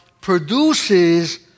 produces